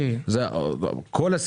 550. אבל צריך לבחון את הרלוונטיות בכל סעיף.